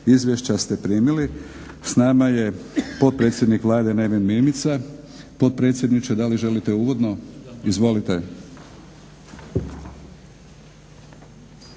Izvješća ste primili. S nama je potpredsjednik Vlade Neven Mimica. Potpredsjedniče da li želite uvodno? Izvolite.